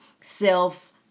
Self